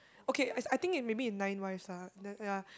okay I I think it maybe nine wives ah then ya